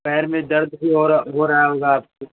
पैर में दर्द भी हो रह हो रहा होगा आपको